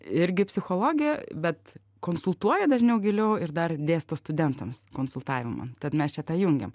irgi psichologė bet konsultuoja dažniau giliau ir dar dėsto studentams konsultavimą tad mes čia tą jungiam